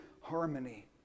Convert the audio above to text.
harmony